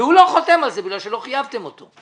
והוא לא חותם על זה בגלל שלא חייבתם אותו.